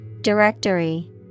Directory